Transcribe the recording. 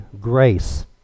grace